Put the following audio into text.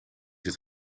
het